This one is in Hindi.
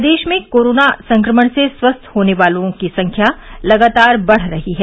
प्रदेश में कोरोना संक्रमण से स्वस्थ होने वालों की संख्या लगातार बढ़ रही है